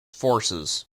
forces